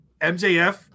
MJF